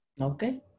Okay